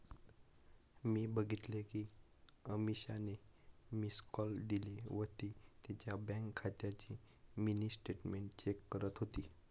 मी बघितल कि अमीषाने मिस्ड कॉल दिला व ती तिच्या बँक खात्याची मिनी स्टेटमेंट चेक करत होती